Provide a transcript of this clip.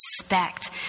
respect